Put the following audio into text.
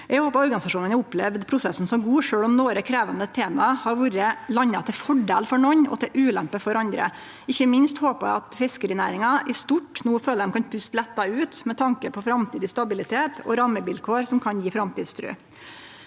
Eg håpar organisasjonane har opplevd prosessen som god, sjølv om nokre krevjande tema har vorte landa til fordel for nokon og til ulempe for andre. Ikkje minst håpar eg at fiskerinæringa i stort no føler dei kan puste letta ut med tanke på framtidig stabilitet og rammevilkår som kan gje framtidstru.